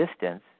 distance